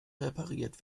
repariert